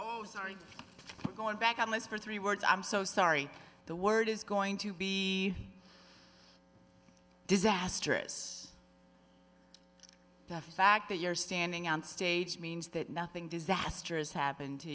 so going back on this for three words i'm so sorry the word is going to be disastrous the fact that you're standing on stage means that nothing disasters happened